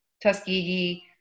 Tuskegee